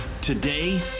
Today